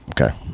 okay